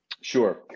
Sure